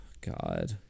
God